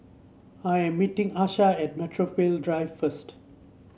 I'm meeting Asha at Metropole Drive first